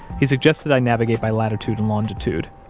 he suggested i navigate by latitude and longitude.